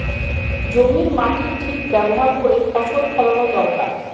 জমির মাটির ঠিক ব্যবহার করে ফসল ফলানো দরকার